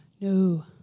No